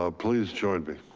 ah please join me